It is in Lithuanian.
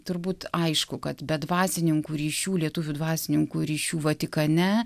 turbūt aišku kad be dvasininkų ryšių lietuvių dvasininkų ryšių vatikane